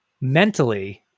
mentally